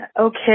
okay